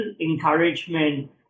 encouragement